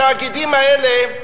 התאגידים האלה,